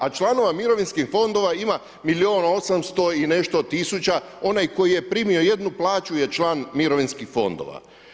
A članova mirovinskih fondova ima milijun, osamsto i nešto tisuća, onaj koji je primio jednu plaću je član mirovinskih fondova.